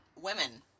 women